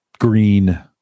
green